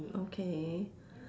okay